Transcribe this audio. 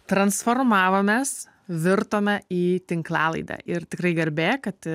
transformavomės virtome į tinklalaidę ir tikrai garbė kad